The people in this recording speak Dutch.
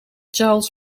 charles